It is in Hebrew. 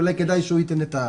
אולי כדאי שהוא יתייחס.